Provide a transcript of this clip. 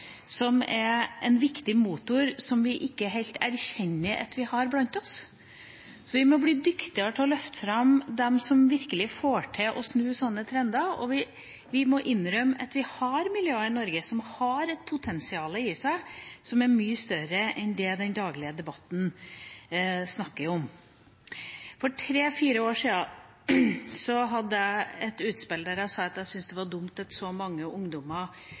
som er en viktig motor som vi ikke helt erkjenner at vi har blant oss. Vi må bli dyktigere til å løfte fram dem som virkelig får til å snu sånne trender, og vi må innrømme at vi har miljø i Norge som har et potensial i seg som er mye større enn det det snakkes om i den daglige debatten. For tre–fire år siden hadde jeg et utspill der jeg sa at jeg syntes det var dumt at så mange ungdommer